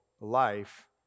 life